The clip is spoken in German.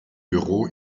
büro